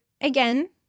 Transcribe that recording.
again